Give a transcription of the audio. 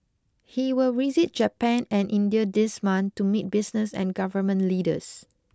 he will visit Japan and India this month to meet business and government leaders